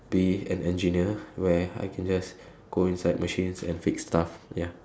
be an engineer where I can just go inside machines and fix stuff ya